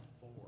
Four